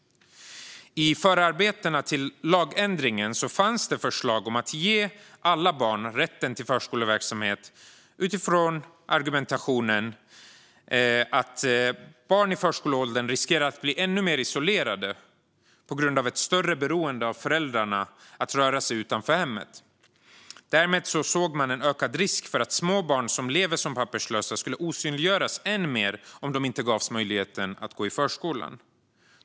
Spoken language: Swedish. I förarbetena till lagändringen fanns förslag om att ge alla barn rätt till förskoleverksamhet utifrån argumentationen att barn i förskoleåldern riskerar att bli ännu mer isolerade på grund av ett större beroende av föräldrarna för att röra sig utanför hemmet. Därmed såg man en ökad risk för att små barn som lever som papperslösa skulle osynliggöras än mer om de inte gavs möjlighet att gå i förskolan.